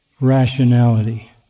rationality